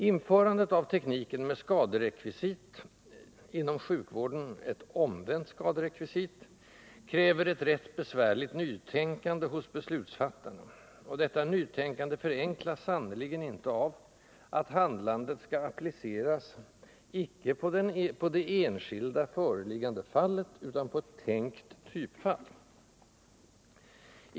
Införandet av tekniken med ”skaderekvisit” — inom sjukvården ett ”omvänt skaderekvisit” — kräver ett rätt besvärligt nytänkande hos beslutsfattarna, och detta nytänkande förenklas sannerligen inte av att handlandet skall appliceras icke på det enskilda, föreliggande fallet utan på ett tänkt ”typfall”.